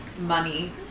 money